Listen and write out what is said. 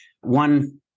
one